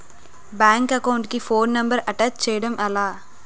Bank account కి phone number attach చేయడం ఎలా?